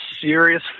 serious